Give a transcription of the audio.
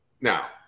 Now